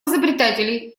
изобретателей